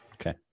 Okay